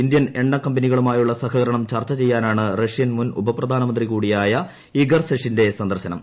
Indian എണ്ണക്കമ്പനികളുമായുള്ള സഹൃക്രണം് ചർച്ച ചെയ്യാനാണ് റഷ്യൻ മുൻ ഉപപ്രധാനമന്ത്രി ക്ടൂട്ടിയായ ഇഗർ സെഷിന്റെ സന്ദർശനം